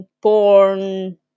porn